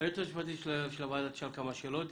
היועצת המשפטית של הוועדה תשאל כמה שאלות,